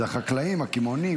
זה הסופרים, זה הקמעונאים?